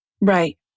right